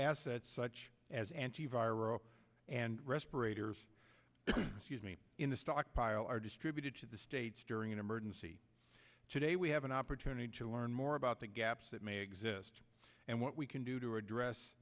assets such as antiviral and respirators sees me in the stockpile are distributed to the states during an emergency today we have an opportunity to learn more about the gaps that may exist and what we can do to address